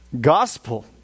gospel